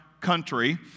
country